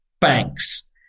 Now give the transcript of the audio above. banks